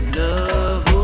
love